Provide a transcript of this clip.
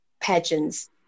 pageants